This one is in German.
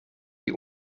die